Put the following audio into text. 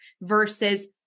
versus